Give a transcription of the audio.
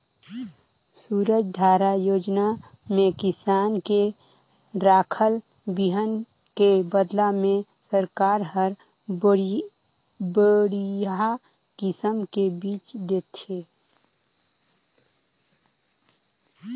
सूरजधारा योजना में किसान के राखल बिहन के बदला में सरकार हर बड़िहा किसम के बिज देथे